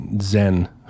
zen